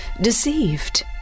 deceived